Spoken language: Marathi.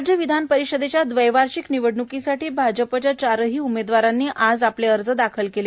राज्य विधानपरिषदेच्या दवैवार्षिक निवडणुकीसाठी भाजपच्या चारही उमेदवारांनी आज आपले अर्ज दाखल केले